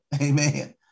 Amen